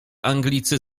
anglicy